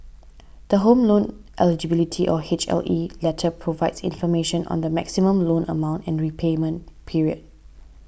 the Home Loan Eligibility or H L E letter provides information on the maximum loan amount and repayment period